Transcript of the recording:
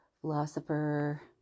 philosopher